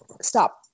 stop